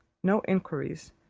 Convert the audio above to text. no inquiries,